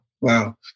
Wow